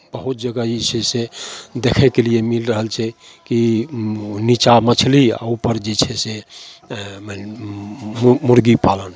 बहुत जगह ई छै से देखयके लिये मिल रहल छै की नीचा मछली आओर उपर जे छै से मुर्गी पालन